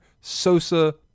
Sosa